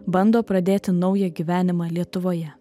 bando pradėti naują gyvenimą lietuvoje